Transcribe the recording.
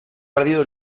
perdido